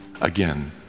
again